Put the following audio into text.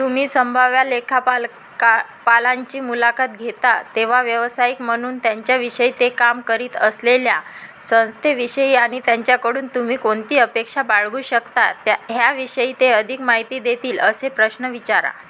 तुम्ही संभाव्य लेखापाल का पालांची मुलाखत घेता तेव्हा व्यवसायिक म्हणून त्यांच्याविषयी ते काम करीत असलेल्या संस्थेविषयी आणि त्यांच्याकडून तुम्ही कोणती अपेक्षा बाळगू शकता त्या ह्या विषयी ते अधिक माहिती देतील असे प्रश्न विचारा